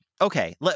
okay